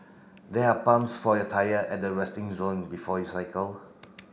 there are pumps for your tyre at the resting zone before you cycle